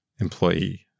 employee